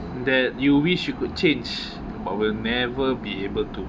that you wish you could change but will never be able to